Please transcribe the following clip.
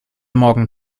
morgen